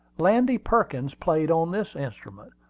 landy perkins played on this instrument,